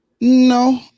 No